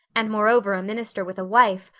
and moreover a minister with a wife,